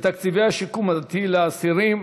בתקציבי השיקום הדתי לאסירים,